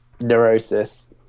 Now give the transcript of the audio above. neurosis